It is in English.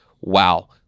wow